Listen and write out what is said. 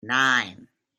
nine